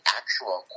actual